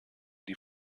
die